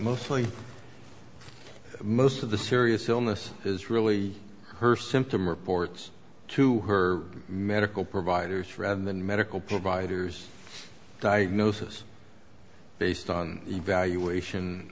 mostly most of the serious illness is really her symptom reports to her medical providers for rather than medical providers diagnosis based on evaluation